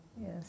Yes